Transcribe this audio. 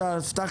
בנגב.